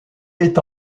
est